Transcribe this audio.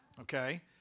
okay